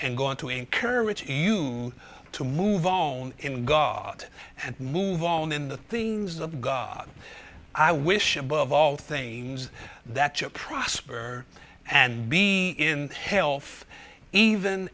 and going to encourage you to move on in god and move on in the things of god i wish above all things that you prosper and be in health even